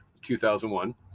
2001